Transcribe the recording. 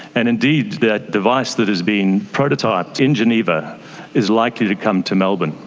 and indeed that device that is being prototyped in geneva is likely to come to melbourne.